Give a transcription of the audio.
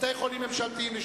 בתי-חולים ממשלתיים,